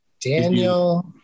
Daniel